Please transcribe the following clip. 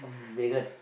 um Megan